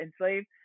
enslaved